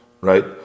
right